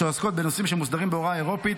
שעוסקת בנושאים שמוסדרים בהוראות האירופאיות,